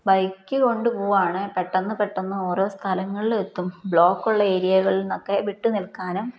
ബൈക്കീ കൊണ്ടുപോവുകയാണെ പെട്ടെന്ന് പെട്ടെന്ന് ഓരോ സ്ഥലങ്ങളിലും എത്തും ബ്ലോക്കുള്ള ഏരിയകളിൽനിന്നൊക്കെ വിട്ടു നിൽക്കാനും